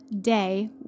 day